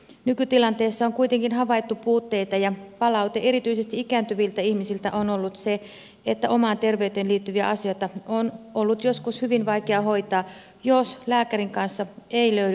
nykytilanteessa on kuitenkin havaittu puutteita ja palaute erityisesti ikääntyviltä ihmisiltä on ollut se että omaan terveyteen liittyviä asioita on ollut joskus hyvin vaikea hoitaa jos lääkärin kanssa ei löydy yhteistä kieltä